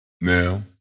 Now